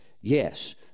Yes